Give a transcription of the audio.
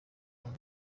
yawo